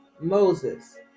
Moses